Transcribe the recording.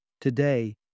Today